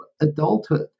adulthood